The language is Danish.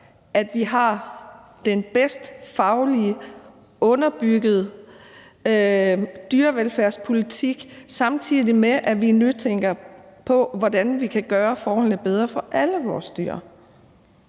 at vi har den bedst fagligt underbyggede dyrevelfærdspolitik, samtidig med at vi nytænker området, i forhold til hvordan vi kan gøre forholdene bedre for alle vores dyr.